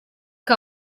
que